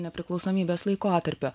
nepriklausomybės laikotarpio